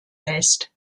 lässt